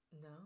No